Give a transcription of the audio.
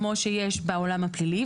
כמו שיש בעולם הפלילי,